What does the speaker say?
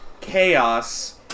chaos